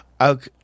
Okay